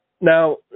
Now